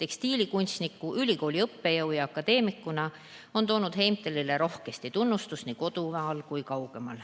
tekstiilikunstniku, ülikooli õppejõu ja akadeemikuna on toonud Heimtalile rohkesti tunnustust nii kodumaal kui kaugemal.